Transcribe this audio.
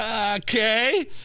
Okay